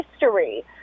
history